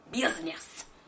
business